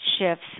shifts